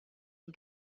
and